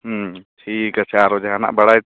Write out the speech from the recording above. ᱴᱷᱤᱠ ᱟᱪᱪᱷᱮ ᱟᱨᱚ ᱡᱟᱦᱟᱱᱟᱜ ᱵᱟᱲᱟᱭ